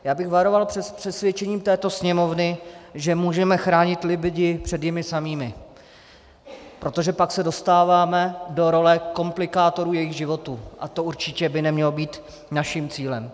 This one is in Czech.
Já bych varoval před přesvědčením této Sněmovny, že můžeme chránit lidi před nimi samými, protože pak se dostáváme do role komplikátorů jejich životů a to by určitě nemělo být naším cílem.